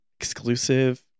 Exclusive